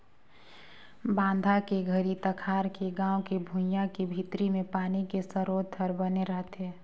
बांधा के घरी तखार के गाँव के भुइंया के भीतरी मे पानी के सरोत हर बने रहथे